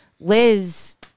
Liz